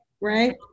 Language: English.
Right